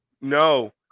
No